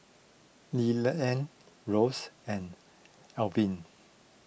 Leland Ross and Alvin